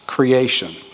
creation